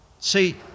see